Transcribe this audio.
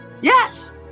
Yes